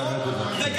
נא לרדת, בבקשה.